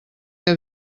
que